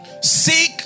Seek